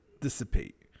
dissipate